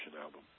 album